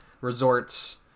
resorts